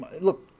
Look